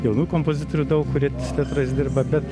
jaunų kompozitorių daug kurie su teatrais dirba bet